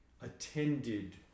attended